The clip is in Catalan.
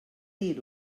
dir